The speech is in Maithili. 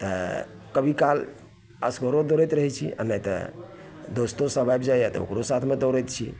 तऽ कभी काल असगरो दौड़ै रहै छी आओर नहि तऽ दोस्तोसभ आबि जाइ यऽ तऽ ओकरो साथमे दौड़ै छी